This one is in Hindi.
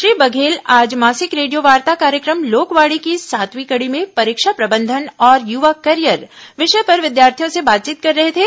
श्री बघेल आज मासिक रेडियो वार्ता कार्यक्रम लोकवाणी की सातवीं कड़ी में परीक्षा प्रबंधन और युवा करियर विषय पर विद्यार्थियों से बातचीत कर रहे थे